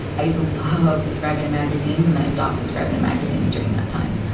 i used to love subscribing to magazines and then i stop subscribing to magazines during that time.